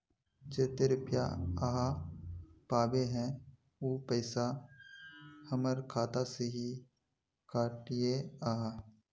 जयते रुपया आहाँ पाबे है उ पैसा हमर खाता से हि काट लिये आहाँ?